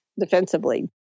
defensively